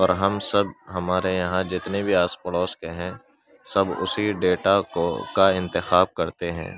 اور ہم سب ہمارے یہاں جتنے بھی آس پڑوس کے ہیں سب اسی ڈیٹا کو کا انتخاب کرتے ہیں